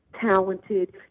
talented